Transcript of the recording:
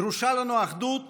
דרושה לנו אחדות